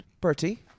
Bertie